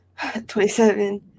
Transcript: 27